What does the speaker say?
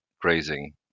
grazing